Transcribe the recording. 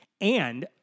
and-